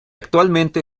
actualmente